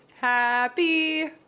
happy